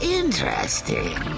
interesting